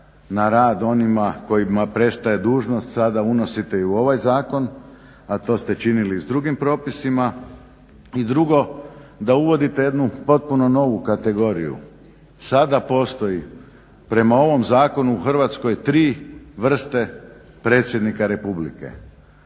na rad onima kojima prestaje dužnost sada unosite i u ovaj zakon a to ste činili i s drugim propisima. I drugo da uvodite jednu potpuno novu kategoriju. Sada postoji prema ovom Zakonu u Hrvatskoj tri vrste predsjednika Republike.